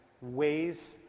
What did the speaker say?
ways